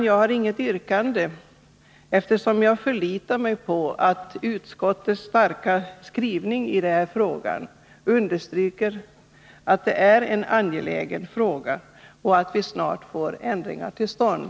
Jag har inget yrkande, eftersom jag förlitar mig på att utskottets skrivning understryker att detta är en angelägen fråga och att vi snart skall få ändringar till stånd.